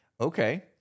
okay